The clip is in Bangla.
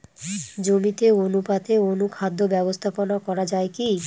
জমিতে অনুপাতে অনুখাদ্য ব্যবস্থাপনা করা য়ায় কি?